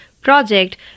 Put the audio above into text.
project